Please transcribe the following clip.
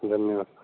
धन्यवाद